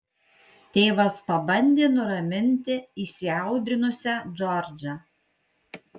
tėvas pabandė nuraminti įsiaudrinusią džordžą